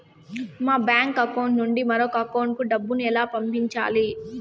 మా bank account నుండి మరొక అకౌంట్ కు డబ్బును ఎలా పంపించాలి